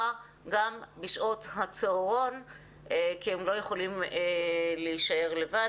גם בשעות הצהרון כי הם לא יכולים להישאר לבד,